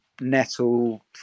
nettle